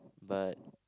but